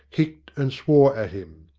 kicked and swore at him.